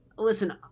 Listen